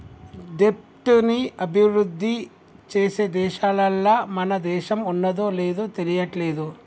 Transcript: దెబ్ట్ ని అభిరుద్ధి చేసే దేశాలల్ల మన దేశం ఉన్నాదో లేదు తెలియట్లేదు